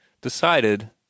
decided